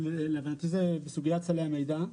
בסוגיית סלי המידע.